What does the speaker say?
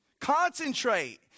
Concentrate